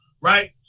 right